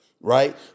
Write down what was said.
right